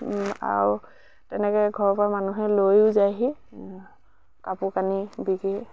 আৰু তেনেকে ঘৰৰ পৰা মানুহে লৈয়ো যায়হি কাপোৰ কানি বিক্ৰী